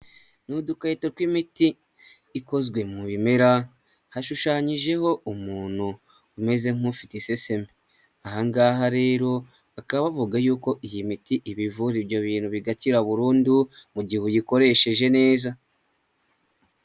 Ni udukarito tw'imiti ikozwe mu bimera hashushanyijeho umuntu umeze nk'ufite isesemi aha ngaha rero bakaba bavuga y'uko iyi miti ibivura ibyo bintu bigakira burundu mu gihe uyikoresheje neza.